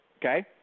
Okay